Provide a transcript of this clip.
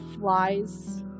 flies